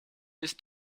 ist